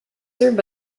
served